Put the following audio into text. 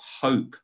hope